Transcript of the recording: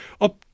Up